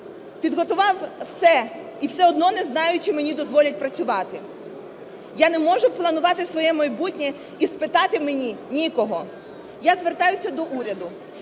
підготував все і все одно не знаю чи мені дозволять працювати? Я не можу планувати своє майбутнє і спитати мені нікого. Я звертаюся до уряду.